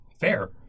Fair